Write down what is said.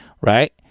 Right